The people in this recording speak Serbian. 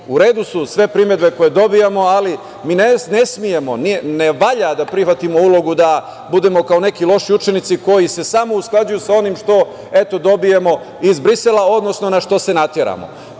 U redu su sve primedbe koje dobijamo, ali mi ne smemo, ne valja da prihvatimo ulogu da budemo kao neki loši učenici koji se samo usklađuju sa onim što, eto, dobijemo iz Brisela, odnosno na što se nateramo. Da,